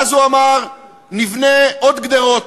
ואז הוא אמר: נבנה עוד גדרות.